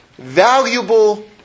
valuable